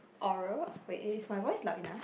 oral wait is it my voice loud enough